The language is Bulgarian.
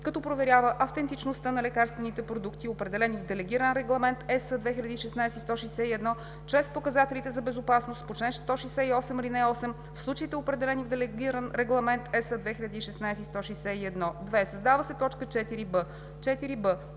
като проверява автентичността на лекарствените продукти, определени в Делегиран регламент (ЕС) 2016/161, чрез показателите за безопасност по чл. 168, ал. 8 в случаите, определени в Делегиран регламент (ЕС) 2016/161;“ 2. Създава се т. 4б: